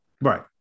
Right